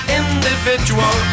individual